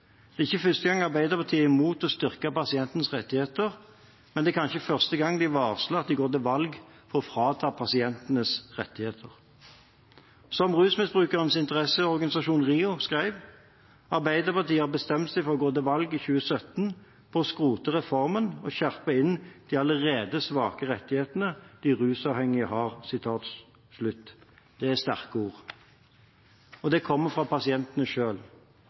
Det er ikke først gang Arbeiderpartiet er imot å styrke pasientens rettigheter, men det er kanskje første gang de varsler at de går til valg på å frata pasientene rettigheter. Som Rusmisbrukernes Interesseorganisasjon, RIO, skrev: «Arbeiderpartiet har bestemt seg for å gå til valg i 2017 på å skrote reformen og skjerpe inn de allerede svake rettighetene de rusavhengige har.» Det er sterke ord, og det kommer fra pasientene